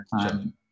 time